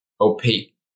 opaque